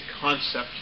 concept